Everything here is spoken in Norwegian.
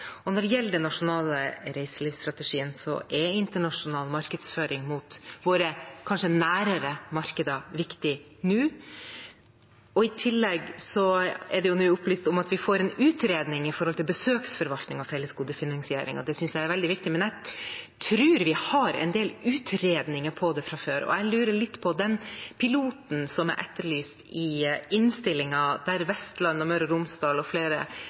Når det gjelder den nasjonale reiselivsstrategien, er internasjonal markedsføring mot våre kanskje nærere markeder viktig nå. I tillegg er det nå opplyst om at vi får en utredning om besøksforvaltningen og fellesgodefinansieringen. Det synes jeg er veldig viktig, men jeg tror vi har en del utredninger om det fra før. Jeg lurer litt på den piloten som er etterlyst i innstillingen, der Vestland og Møre og Romsdal og flere